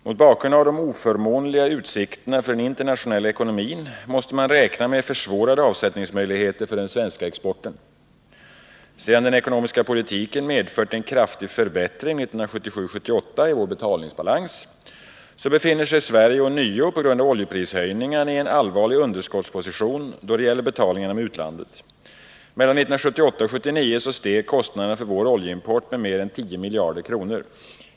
Mot bakgrund av de oförmånliga utsikterna för den internationella ekonomin måste man räkna med försämrade avsättningsmöjligheter för den svenska exporten. Sedan den ekonomiska politiken medfört en kraftig förbättring i vår betalningsbalans 1977-1978, befinner sig Sverige ånyo på grund av oljeprishöjningarna i en allvarlig underskottsposition då det gäller betalningarna med utlandet. Mellan 1978 och 1979 steg kostnaderna för vår oljeimport med mer än 10 miljarder kronor.